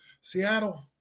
Seattle